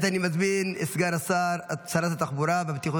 אני מזמין את סגן שרת התחבורה והבטיחות